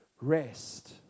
rest